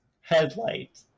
Headlight